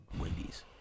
Wendy's